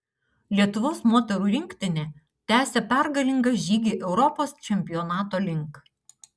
lietuvos moterų rinktinė tęsia pergalingą žygį europos čempionato link